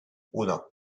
uno